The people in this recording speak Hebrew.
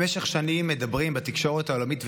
במשך שנים מדברים בתקשורת העולמית,